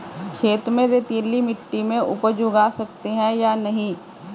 खेत में रेतीली मिटी में उपज उगा सकते हैं या नहीं?